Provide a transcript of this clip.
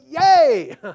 yay